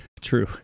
True